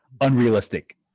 unrealistic